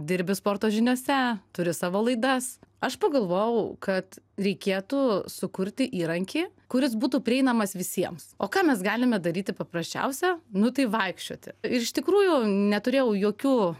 dirbi sporto žiniose turi savo laidas aš pagalvojau kad reikėtų sukurti įrankį kuris būtų prieinamas visiems o ką mes galime daryti paprasčiausia nu tai vaikščioti ir iš tikrųjų neturėjau jokių